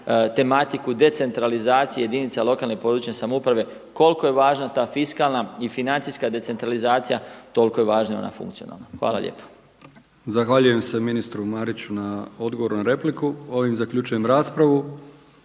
tematiku decentralizacije jedinica lokalne i područne samouprave koliko je važna ta fiskalna i financijska decentralizacija toliko je važna i ona funkcionalna. Hvala lijepo. **Brkić, Milijan (HDZ)** Zahvaljujem se ministru Mariću na odgovoru na repliku. Ovim zaključujem raspravu.